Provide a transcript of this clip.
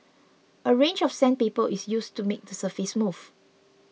a range of sandpaper is used to make the surface smooth